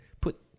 put